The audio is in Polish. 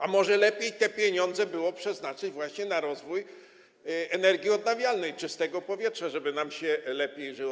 A może lepiej te pieniądze było przeznaczyć właśnie na rozwój energii odnawialnej, na czyste powietrze, żeby nam się lepiej żyło?